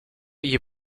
gli